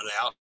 out